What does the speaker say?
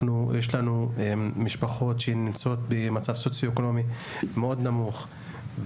אנחנו יש לנו משפחות שנמצאות במצב סוציואקונומי מאוד נמוך.